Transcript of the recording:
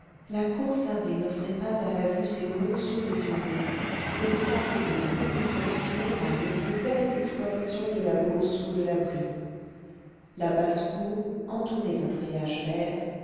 la cour sablée n'offrait pas à la vue ces monceaux de fumier ces flaques d'eau croupissante qui déparent les plus belles exploitations de la beauce ou de la brie la basse-cour entourée d'un treillage vert